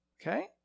okay